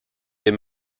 des